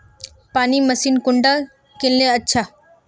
पानी मशीन कुंडा किनले अच्छा?